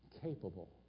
capable